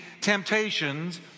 temptations